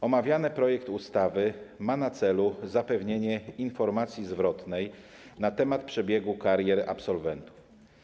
Omawiany projekt ustawy ma na celu zapewnienie informacji zwrotnej na temat przebiegu karier absolwentów.